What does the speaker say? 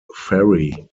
ferry